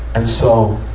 and so,